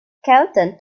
skeleton